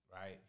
right